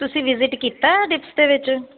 ਤੁਸੀਂ ਵਿਜਿਟ ਕੀਤਾ ਡਿਸਪ ਦੇ ਵਿੱਚ